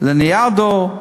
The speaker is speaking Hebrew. לניאדו,